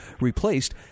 replaced